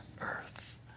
earth